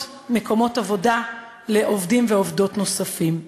מקומות עבודה לעובדות ועובדים נוספים.